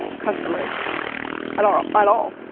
customers at all. at all,